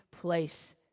place